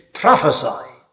prophesy